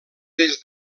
des